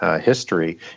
history